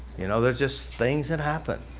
you know there's just things that happen.